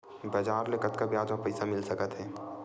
बजार ले कतका ब्याज म पईसा मिल सकत हे?